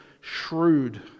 shrewd